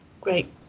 Great